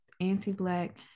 anti-black